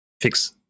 fix